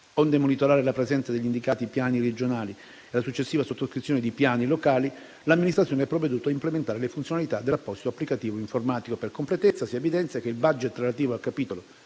Onde monitorare la presenza degli indicati piani regionali e la successiva sottoscrizione di piani locali, l'amministrazione ha provveduto a implementare le funzionalità dell'apposito applicativo informatico. Per completezza, si evidenzia che il *budget* relativo al capitolo